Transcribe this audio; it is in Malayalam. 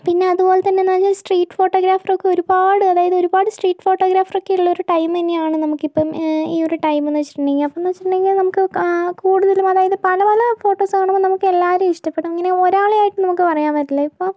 പിന്നെ അതുപോലെതന്നെ സ്ട്രീറ്റ് ഫോട്ടോഗ്രാഫറൊക്കെ ഒരുപാട് അതായത് ഒരുപാട് സ്ട്രീറ്റ് ഫോട്ടോഗ്രാഫറൊക്കെയുള്ളോരു ടൈമെന്നെയാണ് നമുക്ക് ഇപ്പം ഈ ഒര് ടൈമ്ന്ന് വെച്ചിട്ടുണ്ടെങ്കിൽ അപ്പോന്നു വെച്ചിട്ടുണ്ടെങ്കിൽ നമുക്ക് ആ കൂടുതലും അതായത് പല പല ഫോട്ടോസ് കാണുമ്പോഴും നമുക്കെല്ലാവരേയും ഇഷ്ടപ്പെടും അങ്ങനെ ഒരാളെയായിട്ട് നമുക്ക് പറയാൻ പറ്റില്ല ഇപ്പോൾ